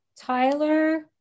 Tyler